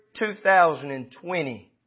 2020